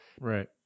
Right